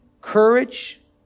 courage